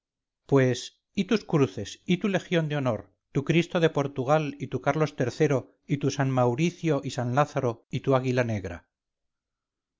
pues y tus cruces y tu legión de honor tu cristo de portugal y tu carlos iii y tu san mauricio y san lázaro y tu águila negra